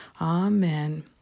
Amen